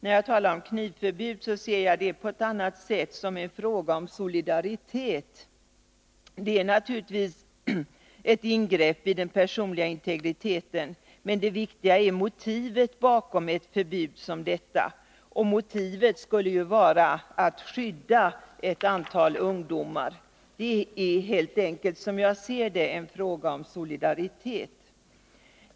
När jag talar om knivförbud ser jag det emellertid på ett annat sätt som en fråga om solidaritet. Det är naturligtvis ett ingrepp i den personliga integriteten, men det viktiga är motivet bakom ett förbud som detta, och motivet skulle ju vara att skydda ett antal ungdomar. Det är helt enkelt, som jag ser det, en fråga om solidaritet.